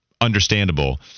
Understandable